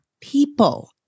people